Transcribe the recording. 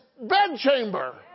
bedchamber